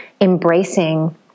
embracing